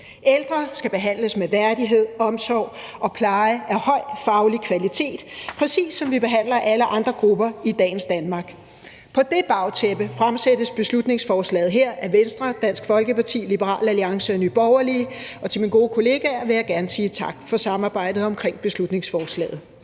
Ældre skal behandles med værdighed, omsorg og pleje af høj faglig kvalitet, præcis som vi behandler alle andre grupper i dagens Danmark. På det bagtæppe fremsættes beslutningsforslaget her af Venstre, Dansk Folkeparti, Liberal Alliance og Nye Borgerlige, og til mine gode kollegaer vil jeg gerne sige tak for samarbejdet omkring beslutningsforslaget.